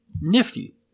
nifty